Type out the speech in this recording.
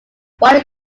wire